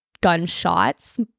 gunshots